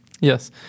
Yes